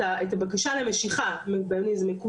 בין אם זה במייל ליחידת הפיקדונות.